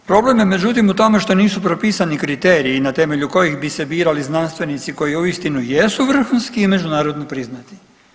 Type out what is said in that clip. Problem je međutim u tome što nisu propisani kriteriji na temelju kojih bi se birali znanstvenici koji uistinu jesu vrhunski i međunarodno priznati.